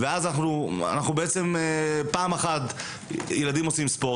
אם אנחנו נדע לחבר את מערכת החינוך עם משרד הספורט,